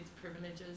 privileges